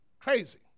Crazy